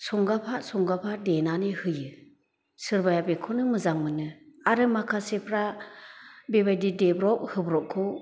संगाफा संगाफा देनानै होयो सोरबाया बेखौनो मोजां मोनो आरो माखासेफ्रा बेबायदि देब्रब होब्रबखौ